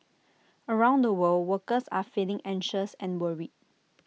around the world workers are feeling anxious and worried